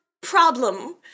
problem